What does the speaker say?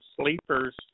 sleepers